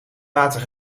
water